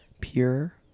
Pure